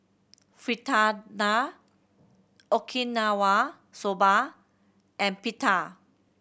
Fritada Okinawa Soba and Pita